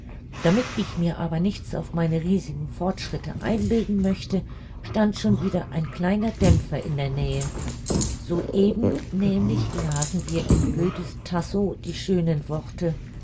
damit ich mir aber nichts auf meine riesigen fortschritte einbilden möchte stand schon wieder ein kleiner dämpfer in der nähe so eben nämlich lasen wir in goethe's tasso die schönen worte